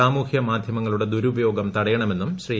സാമൂഹ്യ മാധ്യമങ്ങളുടെ ദുരുപയോഗം തടയണമെന്നും ശ്രീ